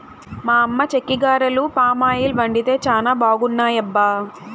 మా అమ్మ చెక్కిగారెలు పామాయిల్ వండితే చానా బాగున్నాయబ్బా